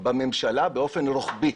בממשלה באופן רוחבי.